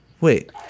Wait